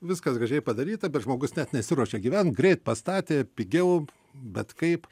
viskas gražiai padaryta bet žmogus net nesiruošia gyvent greit pastatė pigiau bet kaip